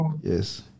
Yes